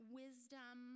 wisdom